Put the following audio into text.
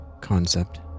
concept